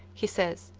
he says,